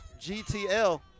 GTL